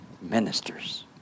Ministers